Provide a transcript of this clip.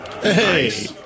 Hey